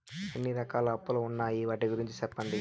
ఎన్ని రకాల అప్పులు ఉన్నాయి? వాటి గురించి సెప్పండి?